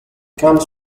comes